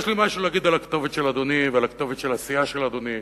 יש לי משהו להגיד לכתובת של אדוני ולכתובת של הסיעה של אדוני,